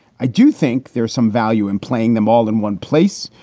i do think there's some value in playing them all in one place.